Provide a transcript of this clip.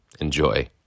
Enjoy